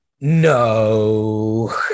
no